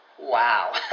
wow